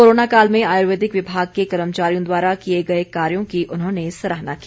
corona काल में आयुर्वेदिक विभाग के कर्मचारियों द्वारा किए गए कार्यों की उन्होंने सराहना की